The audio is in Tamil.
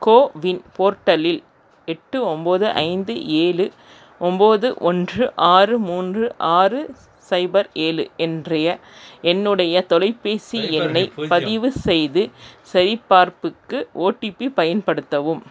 கோவின் போர்ட்டலில் எட்டு ஒம்பது ஐந்து ஏழு ஒம்பது ஓன்று ஆறு மூன்று ஆறு சைபர் ஏழு என்றைய என்னுடைய தொலைபேசி எண்ணைப் பதிவு செய்து சரிபார்ப்புக்கு ஓடிபி பயன்படுத்தவும்